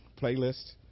playlist